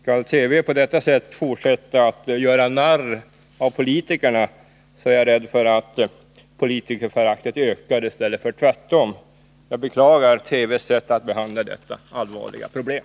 Skall TV på detta sätt fortsätta att göra narr av politikerna, är jag rädd för att politikerföraktet ökar, inte tvärtom. Jag beklagar TV:s sätt att behandla detta allvarliga problem.